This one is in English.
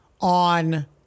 on